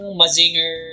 mazinger